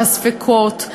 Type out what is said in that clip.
הספקות,